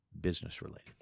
business-related